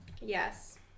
Yes